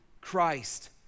Christ